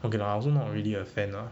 okay lah I also not really a fan uh